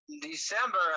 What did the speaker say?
December